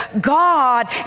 God